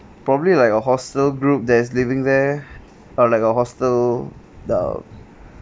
probably like a hostel group that's living there uh like a hostel the